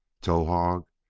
towahg,